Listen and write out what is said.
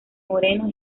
moreno